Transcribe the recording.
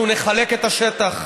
אנחנו נחלק את השטח.